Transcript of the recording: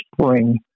spring